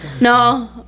no